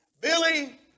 Billy